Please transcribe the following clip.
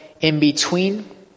in-between